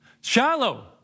Shallow